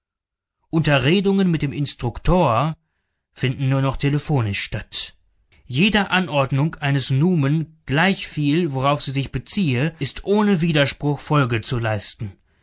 unterredungen mit dem instruktor finden nur noch telephonisch statt jeder anordnung eines numen gleichviel worauf sie sich beziehe ist ohne widerspruch folge zu leisten